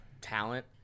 talent